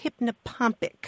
hypnopompic